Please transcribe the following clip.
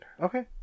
Okay